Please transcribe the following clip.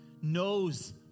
knows